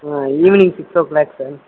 evening six o'clock sir